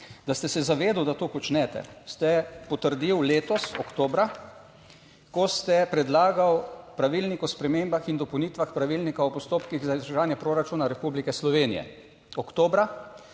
Da ste se zavedal, da to počnete, ste potrdili letos oktobra, ko ste predlagal Pravilnik o spremembah in dopolnitvah Pravilnika o postopkih za izvrševanje proračuna Republike Slovenije, oktobra,